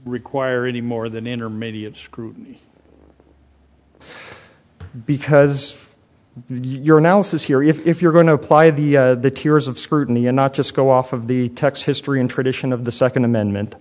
require any more than intermediates group because your analysis here if you're going to apply the the tears of scrutiny and not just go off of the text history and tradition of the second amendment